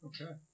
Okay